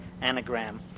anagram